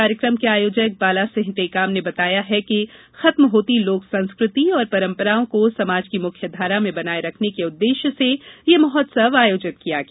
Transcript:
कार्यक्रम के आयोजक बाला सिंह टेकाम ने बताया है कि खत्म होती लोक संस्कृति एवं परंपराओं को समाज की मुख्य धारा में बनाये रखने के उद्देश्य से यह महोत्सव आयोजित किया गया